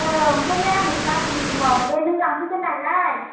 औ ओंखायनो आं गाबोननि समाव बे नों लांफैगोन नालाय